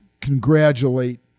congratulate